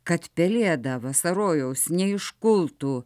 kad pelėda vasarojaus neiškultų